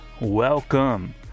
welcome